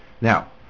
Now